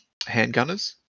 handgunners